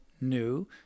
new